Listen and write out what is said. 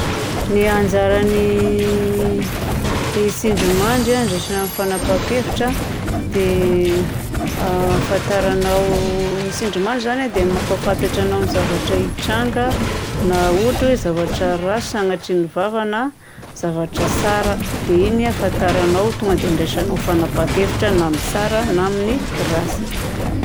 Ny anjaran'ny tsindrimandry a, handraisagna ny fanapahan-kevitra, dia ahafantaranao, ny tsindrimandry zany a dia mampahafantatra anao ny zavatra hitranga, na ohatra hoe zavatra ratsy sanatrian'ny vava na zavatra tsara. Dia igny a ahafantaranao, tonga dia andraisanao fanapahan-kevitra na amin'ny tsara na amin'ny ratsy.